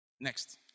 Next